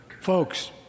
Folks